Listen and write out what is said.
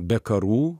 be karų